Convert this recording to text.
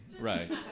Right